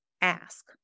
ask